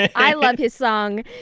i love his song!